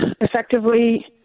effectively